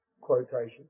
quotation